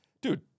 Dude